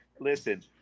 Listen